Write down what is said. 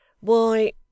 Why